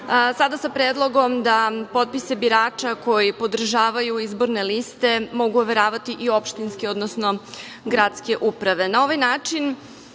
Sada sa predlogom da potpise birača koji podržavaju izborne liste mogu overavati i opštinski odnosno gradske uprave. Na